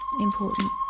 important